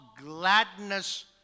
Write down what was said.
gladness